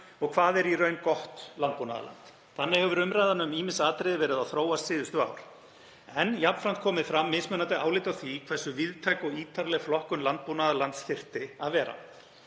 og hvað er í raun gott landbúnaðarland. Þannig hefur umræða um ýmis atriði verið að þróast síðustu ár en jafnframt komið fram mismunandi álit á því hversu víðtæk og ítarleg flokkun landbúnaðarlands þyrfti að vera.